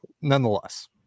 nonetheless